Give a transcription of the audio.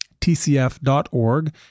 tcf.org